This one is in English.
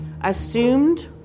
assumed